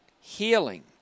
healing